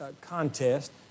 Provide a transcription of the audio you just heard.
contest